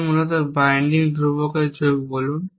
তাই মূলত বাইন্ডিং ধ্রুবকের যোগ বলুন